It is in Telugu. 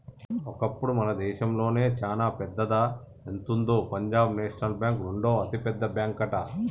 ఒకప్పుడు మన దేశంలోనే చానా పెద్దదా ఎంతుందో పంజాబ్ నేషనల్ బ్యాంక్ రెండవ అతిపెద్ద బ్యాంకట